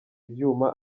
ibyuma